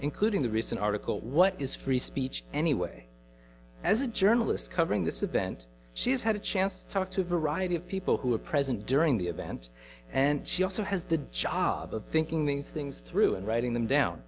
including the recent article what is free speech anyway as a journalist covering this event she's had a chance to talk to a variety of people who were present during the event and she also has the job of thinking these things through and writing them down